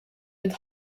with